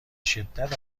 شدت